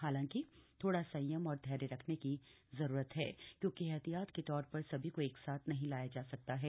हालांकि थोड़ा संयम और धैर्य रखने की जरूरत है क्योंकि एहतियात के तौर पर सभी को एकसाथ नहीं लाया जा सकता है